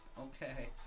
Okay